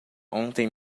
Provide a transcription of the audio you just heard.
ontem